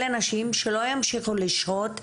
אלה נשים שלא ימשיכו לשהות,